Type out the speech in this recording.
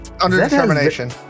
Under-determination